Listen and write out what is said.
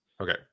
Okay